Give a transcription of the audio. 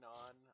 on